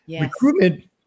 Recruitment